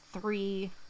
three